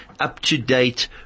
up-to-date